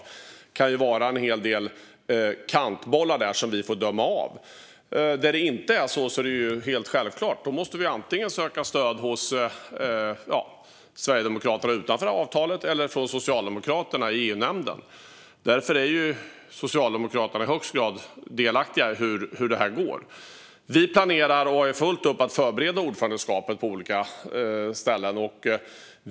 Det kan ju vara en hel del kantbollar där som vi får döma av. Där det inte är så är det helt självklart att vi antingen måste söka stöd hos Sverigedemokraterna utanför avtalet eller från Socialdemokraterna i EU-nämnden. Därför är Socialdemokraterna i högsta grad delaktiga i hur det här går. Vi planerar och har fullt upp med att förbereda ordförandeskapet på olika ställen.